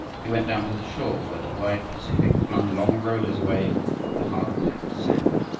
he went down to the shore where the wide pacific flung long rollers away up the hard-packed sand.